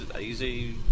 easy